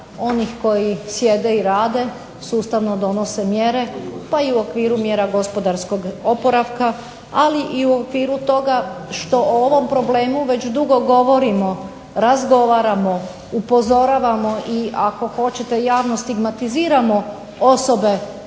onih koji sjede i rade, sustavno donose mjere pa i u okviru mjera gospodarskog oporavka, ali i u okviru toga što o ovom problemu već dugo govorimo, razgovaramo, upozoravamo i ako hoćete javno stigmatiziramo osobe